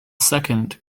second